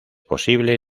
posible